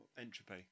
entropy